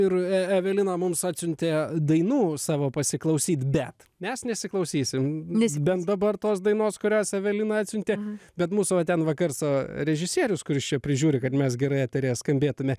ir e evelina mums atsiuntė dainų savo pasiklausyt bet mes nesiklausysim bent dabar tos dainos kurias evelina atsiuntė bet mūsų va ten va garso režisierius kuris čia prižiūri kad mes gerai eteryje skambėtume